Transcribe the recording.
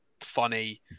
funny